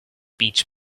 beach